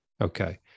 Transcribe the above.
Okay